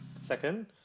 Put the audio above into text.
second